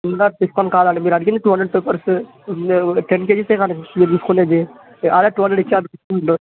ఇంకా డిస్కౌంట్ కాదండి మీరు అడిగింది two hundred papers ten kgs కదండి బుక్స్ మీరు తీసుకునేది ఆల్రెడీ టూ హండ్రెడ్ ఇచ్చాను డిస్కౌంటు